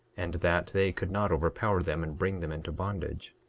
and that they could not overpower them and bring them into bondage.